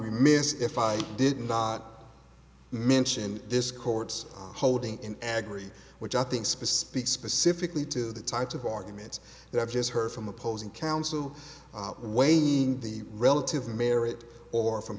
remiss if i did not mention this court's holding in agri which i think specific specifically to the types of arguments that i've just heard from opposing counsel weighing the relative merits or from